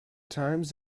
times